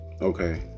Okay